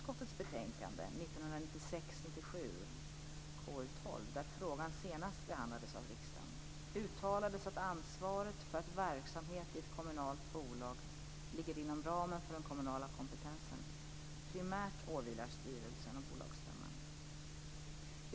1996/97:KU12, där frågan senast behandlades av riksdagen, uttalades att ansvaret för att verksamhet i ett kommunalt bolag ligger inom ramen för den kommunala kompetensen primärt åvilar styrelsen och bolagsstämman.